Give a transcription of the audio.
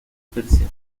persia